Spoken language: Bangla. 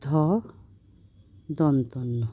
ধ দন্ত ন